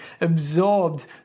absorbed